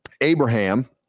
Abraham